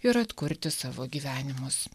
ir atkurti savo gyvenimus